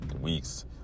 weeks